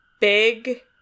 big